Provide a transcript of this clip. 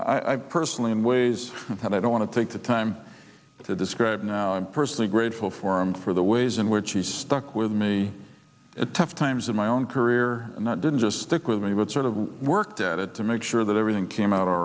all i personally in ways that i don't want to take the time to describe now i'm personally grateful for him for the ways in which he stuck with me a tough times in my own career and that didn't just stick with me but sort of worked at it to make sure that everything came out all